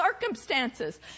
circumstances